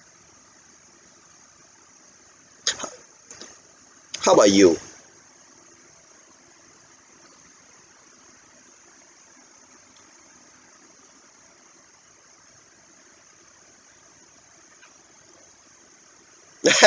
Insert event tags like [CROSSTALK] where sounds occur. h~ how about you [LAUGHS]